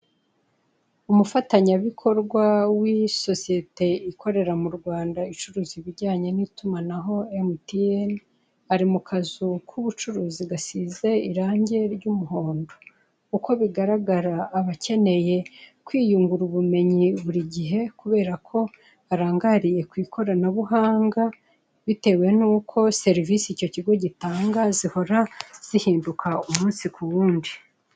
Umufatanyabikorwa w'iyi sosiyete ikorera mu Rwanda icuruza ibijyanye n'itumanaho emutiyeni ari mu kazu k'ubucuruzi gasize irangi ry'umuhondo, uko bigaragara abakeneye kwiyungura ubumenyi buri gihe kubera ko arangariye ku ikoranabuhanga bitewe n'uko serivisi icyo kigo gitanga zihora zihinduka umunsi ku wundi.